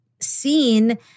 seen